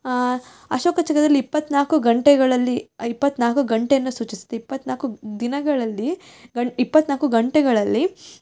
ಆಂ ಅಶೋಕ ಚಕ್ರದಲ್ಲಿ ಇಪ್ಪತ್ನಾಲ್ಕು ಗಂಟೆಗಳಲ್ಲಿ ಆ ಇಪ್ಪತ್ನಾಲ್ಕು ಗಂಟೆಯನ್ನು ಸೂಚಿಸುತ್ತೆ ಇಪ್ಪತ್ನಾಲ್ಕು ದಿನಗಳಲ್ಲಿ ಗಣ್ ಇಪ್ಪತ್ನಾಲ್ಕು ಗಂಟೆಗಳಲ್ಲಿ